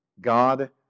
God